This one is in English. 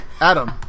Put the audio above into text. Adam